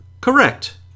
Correct